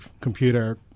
computer